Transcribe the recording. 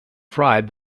fried